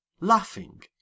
laughing